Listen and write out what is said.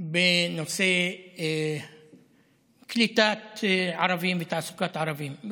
בנושא קליטת ערבים ותעסוקת ערבים,